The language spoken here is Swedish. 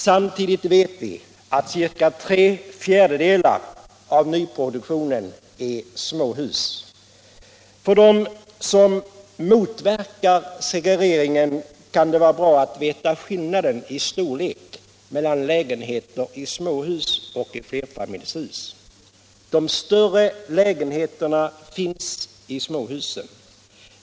Samtidigt vet vi att ca tre fjärdedelar av nyproduktionen är småhus. För dem som motverkar segregeringen kan det vara bra att veta skillnaden i storlek mellan lägenheter i småhus och flerfamiljshus. De större lägenheterna finns i småhusen.